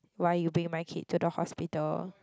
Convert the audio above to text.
why you bring my kid to the hospital